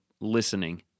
listening